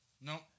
No